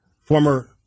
former